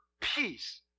peace